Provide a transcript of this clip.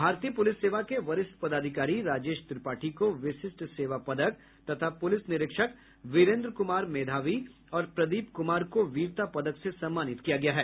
भारतीय पुलिस सेवा के वरिष्ठ पदाधिकारी राजेश त्रिपाठी को विशिष्ट सेवा पदक तथा पुलिस निरीक्षक वीरेन्द्र कुमार मेधावी और प्रदीप कुमार को वीरता पदक से सम्मानित किया गया है